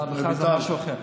המכרז זה משהו אחר.